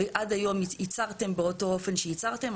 עד היום ייצרתם באותו אופן שייצרתם,